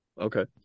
Okay